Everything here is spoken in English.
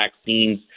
vaccines